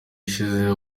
ishize